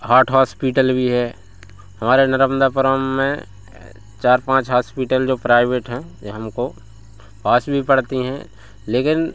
hot hospital भी है हमारे नर्मदापुरम में चार पाँच हॉस्पिटल जो प्राइवेट हैं यह हमको पास भी पड़ती हैं लेकिन